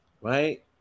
Right